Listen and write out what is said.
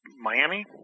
Miami